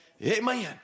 Amen